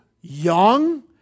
young